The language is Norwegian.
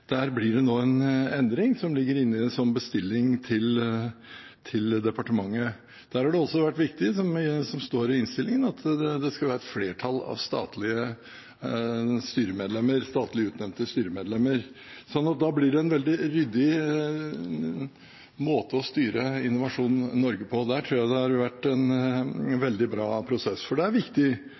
Der blir det nå en endring, som ligger inne som en bestilling til departementet. Der har det også vært viktig, som det står i innstillingen, at det skal være et flertall av statlig utnevnte styremedlemmer. Da blir det en veldig ryddig måte å styre Innovasjon Norge på. Der tror jeg det har vært en veldig bra prosess. For det er viktig